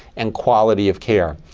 and quality of care.